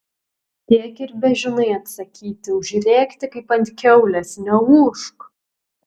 tiek ir bežinai atsakyti užrėkti kaip ant kiaulės neūžk